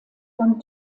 von